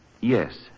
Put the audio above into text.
Yes